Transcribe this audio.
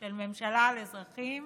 של ממשלה על אזרחים